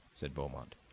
said beaumont,